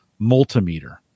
multimeter